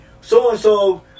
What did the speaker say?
So-and-so